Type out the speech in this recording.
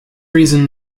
reason